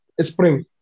spring